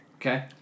Okay